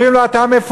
אומרים לו: אתה מפוטר.